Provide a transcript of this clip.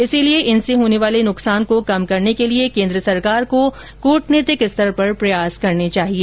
इसीलिए इनसे होने वाले नुकसान को कम करने के लिए केन्द्र सरकार को कूटनीतिक स्तर पर प्रयास करने चाहिए